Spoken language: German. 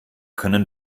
können